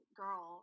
girl